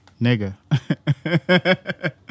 Nigga